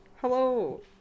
Hello